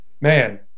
man